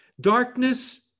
Darkness